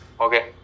Okay